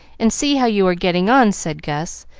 and see how you are getting on, said gus,